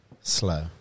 slow